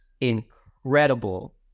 incredible